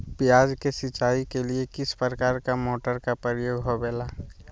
प्याज के सिंचाई के लिए किस प्रकार के मोटर का प्रयोग होवेला?